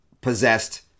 possessed